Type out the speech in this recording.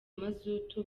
mazutu